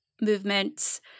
movements